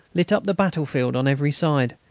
lit up the battlefield on every side,